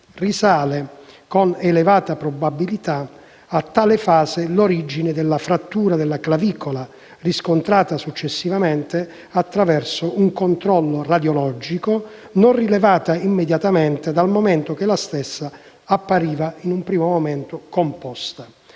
Risale, con elevata probabilità, a tale fase l'origine della frattura della clavicola, riscontrata successivamente attraverso controllo radiologico e non rilevata immediatamente, atteso che la stessa appariva in un primo momento composta.